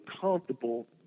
comfortable